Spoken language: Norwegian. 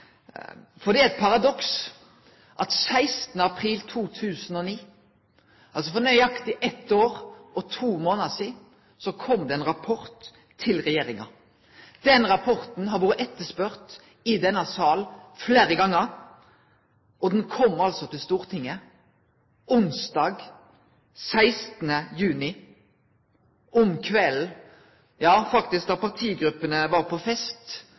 sjølv. Det er eit paradoks at 16. april 2009, altså for nøyaktig eitt år og to månader sidan, kom det ein rapport til regjeringa. Den rapporten har vore etterspurd i denne salen fleire gonger, og han kom altså til Stortinget onsdag 16. juni om kvelden. Da partigruppene var på fest,